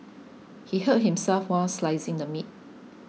he hurt himself while slicing the meat